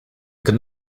could